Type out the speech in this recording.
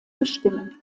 bestimmen